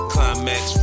Climax